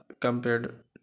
compared